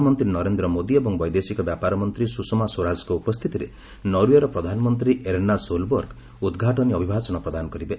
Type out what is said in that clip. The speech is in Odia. ପ୍ରଧାନମନ୍ତ୍ରୀ ନରେନ୍ଦ୍ର ମୋଦି ଏବଂ ବୈଦେଶିକ ବ୍ୟାପାର ମନ୍ତ୍ରୀ ସୁଷମା ସ୍ୱରାଜଙ୍କ ଉପସ୍ଥିତିରେ ନରୱେର ପ୍ରଧାନମନ୍ତ୍ରୀ ଏର୍ଣ୍ଣା ସୋଲ୍ବର୍ଗ ଉଦ୍ଘାଟନୀ ଅଭିଭାଷଣ ପ୍ରଦାନ କରିବେ